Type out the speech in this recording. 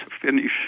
finish